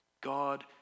God